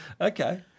Okay